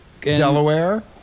Delaware